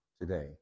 today